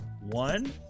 One